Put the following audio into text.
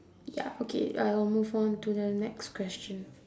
ya okay I'll move on to the next question